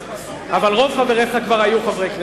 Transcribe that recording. אבל רוב חבריך כבר היו חברי כנסת.